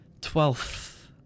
Twelfth